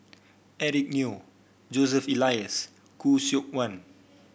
Eric Neo Joseph Elias Khoo Seok Wan